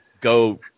go